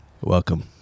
Welcome